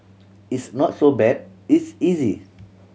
it's not so bad it's easy